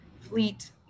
fleet